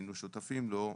שהיינו שותפים לו,